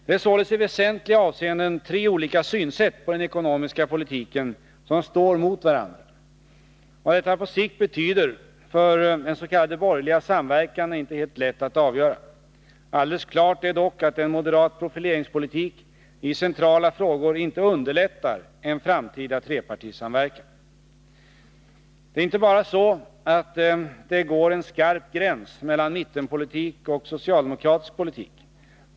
Det är således i väsentliga avseenden tre olika sätt att se på den ekonomiska politiken som står mot varandra. Vad detta på sikt betyder för den s.k. borgerliga samverkan är inte helt lätt att avgöra. Alldeles klart är dock att en moderat profileringspolitik i centrala frågor inte underlättar en framtida trepartisamverkan. Det är inte bara så, att det går en skarp gräns mellan mittenpolitik och socialdemokratisk politik.